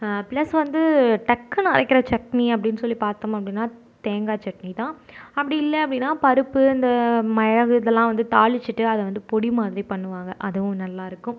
plus வந்து டக்குனு அரைக்கிற சட்னி அப்படின் சொல்லி பார்த்தோம் அப்படின்னா தேங்காய் சட்னி தான் அப்படி இல்லை அப்படின்னா பருப்பு இந்த மிளகு இதல்லாம் வந்து தாளித்திட்டு அதை வந்து பொடி மாதிரி பண்ணுவாங்க அதுவும் நல்லாயிருக்கும்